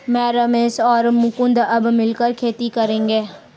मैं, रमेश और मुकुंद अब मिलकर खेती करेंगे